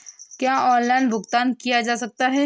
क्या ऑनलाइन भुगतान किया जा सकता है?